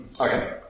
Okay